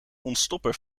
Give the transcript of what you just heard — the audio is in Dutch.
ontstopper